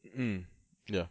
mm ya